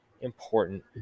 important